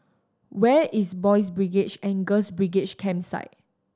where is Boys' Brigade and Girls' Brigade Campsite